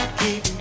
keep